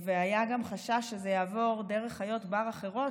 היה גם חשש שזה יעבור דרך חיות בר אחרות